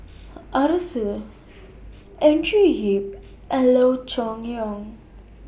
Arasu Andrew Yip and Loo Choon Yong